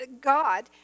god